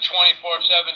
24-7